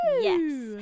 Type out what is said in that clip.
Yes